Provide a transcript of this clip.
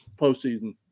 postseason